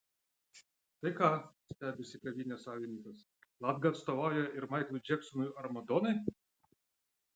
tai ką stebisi kavinės savininkas latga atstovauja ir maiklui džeksonui ar madonai